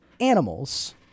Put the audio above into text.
animals